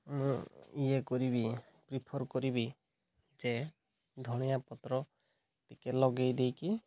ମୁଁ ଇଏ କରିବି ପ୍ରିଫର୍ କରିବି ଯେ ଧନିଆ ପତ୍ର ଟିକେ ଲଗେଇ ଦେଇକି